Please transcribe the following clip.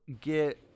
get